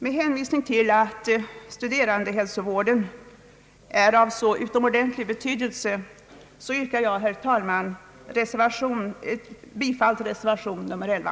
Med hänvisning till att studerandehälsovården är av så utomordentlig betydelse yrkar jag, herr talman, bifall till reservation nr 11.